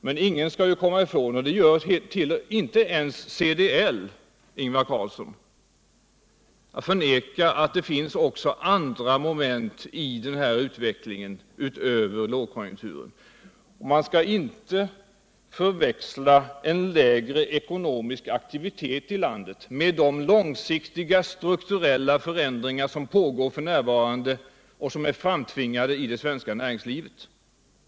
Men ingen —- inte ens CDL, Ingvar Carlsson — kan komma ifrån att det finns också andra moment i den här utvecklingen utöver lågkonjunkturen. Man skall inte förväxla en lägre ckonomisk aktivitet i landet med de långsiktiga strukturella förändringar som pågår f. n. och som är framtvingade i det svenska näringslivet.